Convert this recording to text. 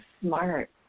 smart